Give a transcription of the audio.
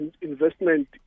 investment